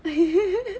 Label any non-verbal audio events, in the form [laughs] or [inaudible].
[laughs]